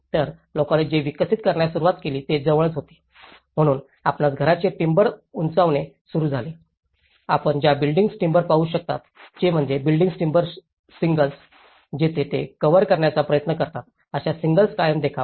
तर लोकांनी जे विकसित करण्यास सुरवात केली ते जवळच होते म्हणून आपणास घराचे टिम्बर उंचावणे सुरू झाले आपण ज्या बिल्डींग्स टिम्बर पाहू शकाल ते म्हणजे बिल्डींग्स टिम्बर शिंगल्स जिथे ते कव्हर करण्याचा प्रयत्न करतात अशा शिंगल्स कायम देखावा